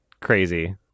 crazy